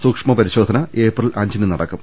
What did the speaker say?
സൂക്ഷ്മ പരിശോധന ഏപ്രിൽ അഞ്ചിന് നടക്കും